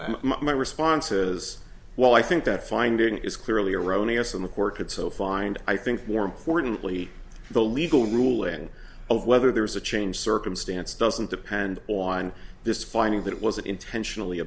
to my responses well i think that finding is clearly erroneous in the court could so find i think more importantly the legal ruling of whether there is a change circumstance doesn't depend on this finding that it wasn't intentionally